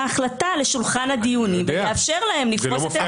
החלטה לשולחן הדיונים ויאפשר להם לפרוס את עמדתם.